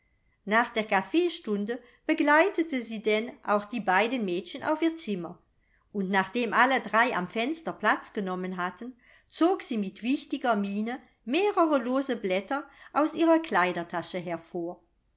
nach der kaffeestunde begleitete sie denn auch die beiden mädchen auf ihr zimmer und nachdem alle drei am fenster platz genommen hatten zog sie mit wichtiger miene mehrere lose blätter aus ihrer kleidertasche hervor